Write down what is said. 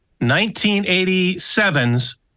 1987's